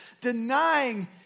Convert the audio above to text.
denying